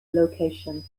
location